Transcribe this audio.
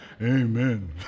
amen